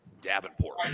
Davenport